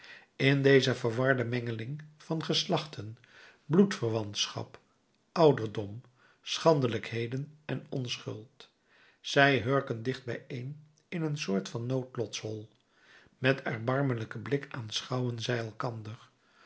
in deze verwarde mengeling van geslachten bloedverwantschap ouderdom schandelijkheden en onschuld zij hurken dicht bijeen in een soort van noodlotshol met erbarmelijken blik aanschouwen zij elkander